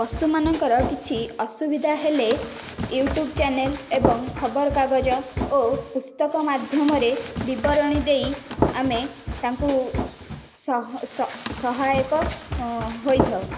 ପଶୁ ମାନଙ୍କର କିଛି ଅସୁବିଧା ହେଲେ ୟୁଟ୍ୟୁବ୍ ଚ୍ୟାନେଲ୍ ଏବଂ ଖବର କାଗଜ ଓ ପୁସ୍ତକ ମାଧ୍ୟମରେ ବିବରଣୀ ଦେଇ ଆମେ ତାଙ୍କୁ ସହାୟକ ହୋଇଥାଉ